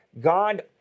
God